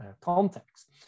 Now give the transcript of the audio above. context